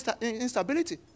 instability